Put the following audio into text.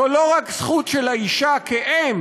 זו לא רק זכות של האישה כאם,